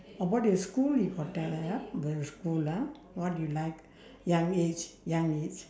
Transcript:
about your school you got tell ah the school ah what do you like young age young age